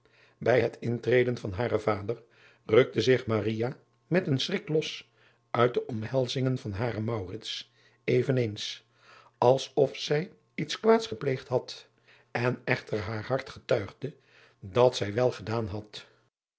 ij het intreden van haren vader rukte zich met een schrik los uit de omhelzingen van haren driaan oosjes zn et leven van aurits ijnslager even eens als of zij iets kwaads gepleegd had en echter haar hart getuigde dat zij wel gedaan had